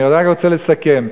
אני רק רוצה לסכם.